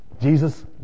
Jesus